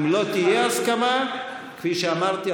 כפי שאמרתי,